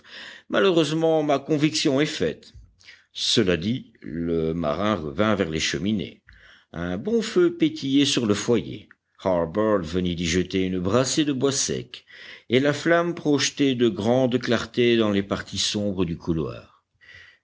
malheureusement ma conviction est faite cela dit le marin revint vers les cheminées un bon feu pétillait sur le foyer harbert venait d'y jeter une brassée de bois sec et la flamme projetait de grandes clartés dans les parties sombres du couloir